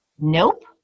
Nope